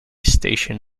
station